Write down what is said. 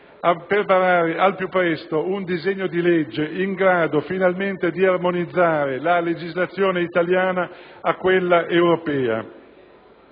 per varare al più presto un disegno di legge finalmente in grado di armonizzare la legislazione italiana a quella europea